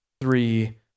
three